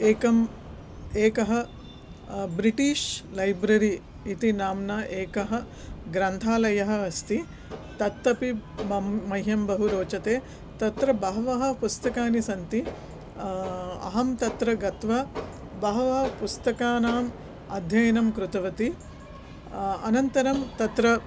एकम् एकः British library इति नाम्ना एकः ग्रन्थालयः अस्ति तत् अपि मम् मह्यं बहु रोचते तत्र बहवः पुस्तकानि सन्ति अहं तत्र गत्वा बहवः पुस्तकानाम् अध्ययनं कृतवति अनन्तरं तत्र